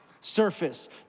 surface